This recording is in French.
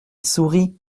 sourie